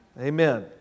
Amen